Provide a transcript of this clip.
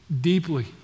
deeply